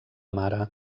mare